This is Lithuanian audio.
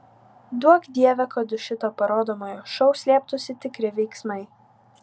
duok dieve kad už šito parodomojo šou slėptųsi tikri veiksmai